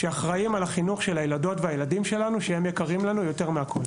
שאחראים על חינוך הילדים שלנו, שיקרים לנו מכל.